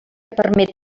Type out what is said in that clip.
permet